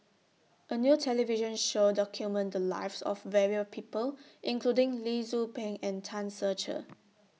A New television Show documented Lives of various People including Lee Tzu Pheng and Tan Ser Cher